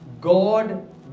God